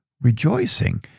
rejoicing